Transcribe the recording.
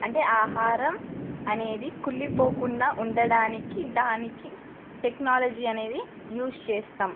అంటే ఆహారం అనేది కుళ్ళిపోకుండా ఉండడానికి దానికి టెక్నాలజీ అనేది యూస్ చేస్తాం